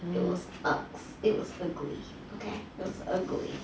looks ugly looks ugly